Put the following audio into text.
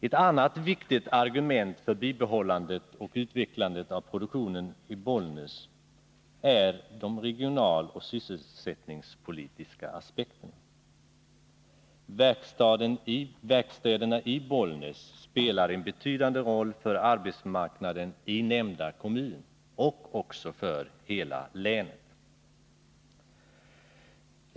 Ett annat viktigt argument för bibehållandet och utvecklandet av produktionen i Bollnäs är de regionaloch sysselsättningspolitiska aspekterna. Verkstäderna i Bollnäs spelar en betydande roll för arbetsmarknaden i nämnda kommun och också för hela länet.